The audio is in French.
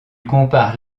compare